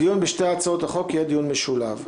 הדיון בשתי הצעות החוק יהיה דיון משולב.